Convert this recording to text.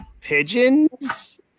pigeons